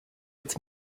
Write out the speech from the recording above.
its